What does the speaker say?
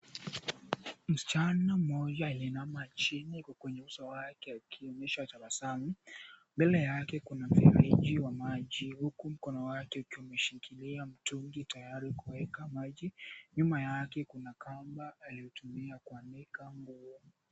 Msichana mmoja aliyeinama chini huku kwenye uso wake akionyesha tabasamu, mbele yake kuna mfereji wa maji huku mkono wake ukiwa umeshikilia mtungi tayari kuweka maji, nyuma yake kuna kamba aliyotumia kuanikia nguo.